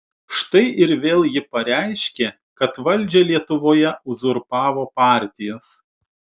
štai ir vėl ji pareiškė kad valdžią lietuvoje uzurpavo partijos